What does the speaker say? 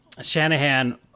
Shanahan